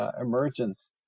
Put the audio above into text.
emergence